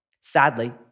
Sadly